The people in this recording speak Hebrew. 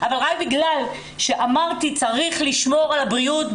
אבל רק בגלל שאמרתי שצריך לשמור על הבריאות בהפגנות,